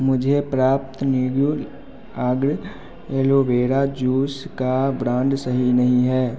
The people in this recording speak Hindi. मुझे प्राप्त न्यूगुल आग्र एलोवेरा जूस का ब्रांड सही नहीं है